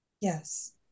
Yes